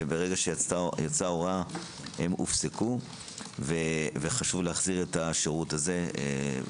וברגע שיצאה הוראה הם הופסקו וחשוב להחזיר את השירות הזה.